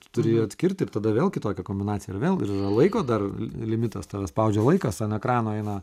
tu turi atskirti ir tada vėl kitokia kombinacija ir vėl ir yra laiko dar limitas tave spaudžia laikas ant ekrano eina